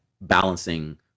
balancing